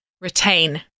retain